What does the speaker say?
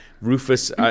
Rufus